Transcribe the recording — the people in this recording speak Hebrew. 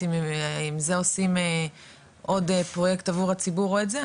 אם עושים עוד פרויקט עבור הציבור או את זה,